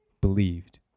believed